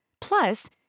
Plus